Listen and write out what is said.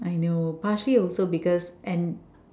I know partially also because and